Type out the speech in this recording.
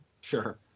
Sure